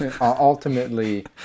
ultimately